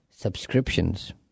subscriptions